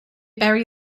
bury